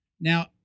Now